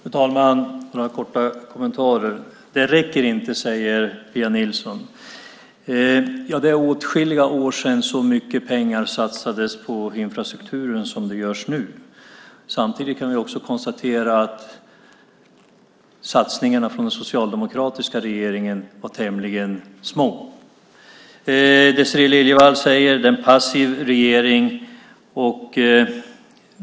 Fru talman! Jag har några korta kommentarer. Det räcker inte, säger Pia Nilsson. Det är åtskilliga år sedan så mycket pengar satsades på infrastrukturen som nu. Samtidigt kan vi konstatera att satsningarna från den socialdemokratiska regeringens sida var tämligen små. Désirée Liljevall säger att regeringen är passiv.